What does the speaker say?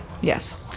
Yes